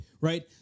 right